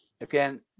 again